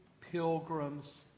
pilgrim's